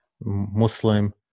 Muslim